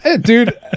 Dude